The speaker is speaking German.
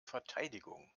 verteidigung